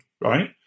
Right